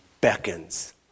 beckons